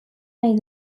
nahi